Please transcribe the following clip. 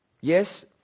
Yes